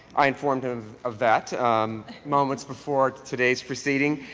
i informed of of that moments before today's proceeding.